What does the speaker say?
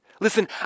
Listen